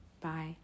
Bye